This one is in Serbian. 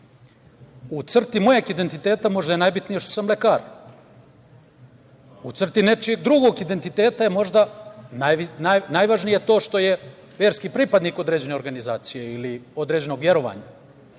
U crti mog identiteta možda je najvažnije što sam lekar, u crti nečijeg drugo identiteta je možda najvažnije to što je verski pripadnik određene organizacije ili određenog verovanja,